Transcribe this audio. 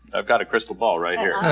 i've got a crystal ball right here.